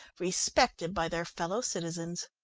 respected by their fellow citizens.